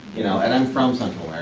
you know. and i'm from central